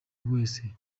wese